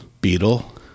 beetle